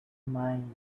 mind